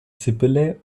sibylle